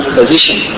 position